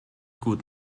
gut